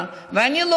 זה במרכז העיר,